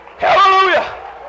Hallelujah